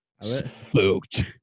Spooked